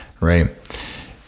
Right